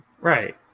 right